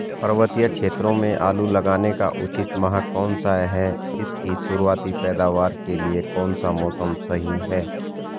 पर्वतीय क्षेत्रों में आलू लगाने का उचित माह कौन सा है इसकी शुरुआती पैदावार के लिए कौन सा मौसम सही है?